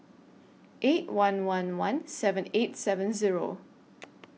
eight one one one seven eight seven Zero